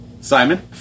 Simon